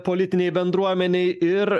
politinei bendruomenei ir